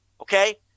Okay